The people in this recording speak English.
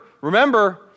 remember